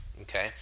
okay